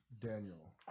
Daniel